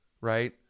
right